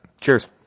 cheers